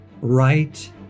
right